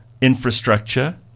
infrastructure